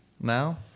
now